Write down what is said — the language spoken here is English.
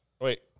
Wait